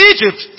Egypt